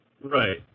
Right